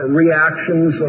reactions